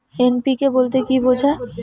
NPK বলতে কী বোঝায়?